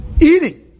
eating